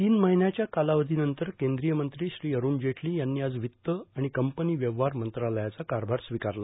तीन महिन्याच्या कालावधीनंतर केंद्रीय मंत्री श्री अरूण जेटली यांनी आज वित्त आणि कपंनी व्यवहार मंत्रालयाचा कारभार स्वीकारला